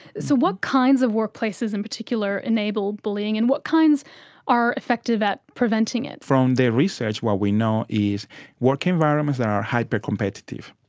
so what kinds of workplaces in particular enable bullying and what kinds are effective at preventing it? from the research what we know is work environments are hypercompetitive,